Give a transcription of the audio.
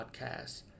podcast